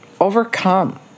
overcome